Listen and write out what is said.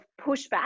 pushback